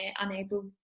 unable